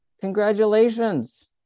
Congratulations